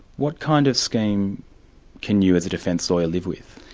what kind of scheme can you as a defence lawyer, live with?